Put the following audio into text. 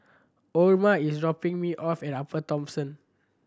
Orma is dropping me off at Upper Thomson